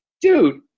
dude